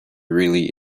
really